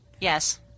Yes